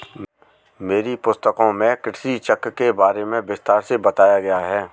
मेरी पुस्तकों में कृषि चक्र के बारे में विस्तार से बताया गया है